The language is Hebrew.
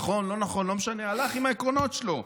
נכון, לא נכון, לא משנה, הלך עם העקרונות שלו.